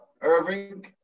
Irving